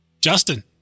Justin